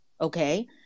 okay